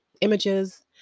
images